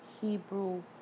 Hebrew